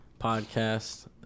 podcast